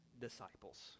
disciples